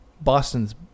Boston's